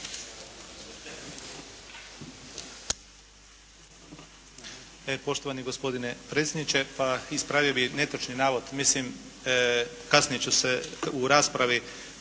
Poštovani gospodine predsjedniče. Ispravio bih netočni navod. Kasnije ću u raspravi